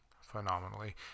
phenomenally